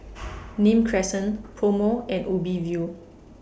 Nim Crescent Pomo and Ubi View